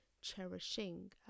cherishing